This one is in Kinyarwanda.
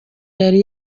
yari